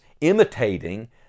imitating